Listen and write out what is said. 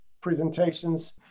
presentations